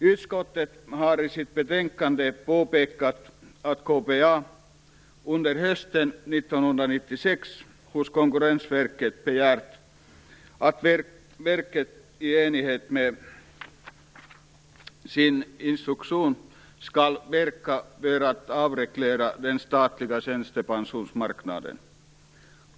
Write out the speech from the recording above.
Utskottet har i sitt betänkande påpekat att KPA under hösten 1996 hos Konkurrensverket begärt att verket i enlighet med sin instruktion skall verka för att avreglera den statliga tjänstepensionsmarknaden.